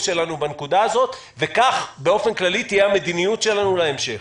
שלנו בנקודה הזאת וכך באופן כללי תהיה המדיניות שלנו להמשך.